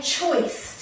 choice